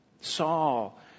Saul